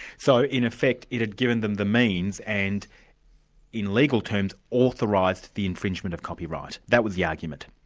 so in effect, it had given them the means and in legal terms, authorised the infringement of copyright, that was the argument?